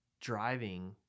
Driving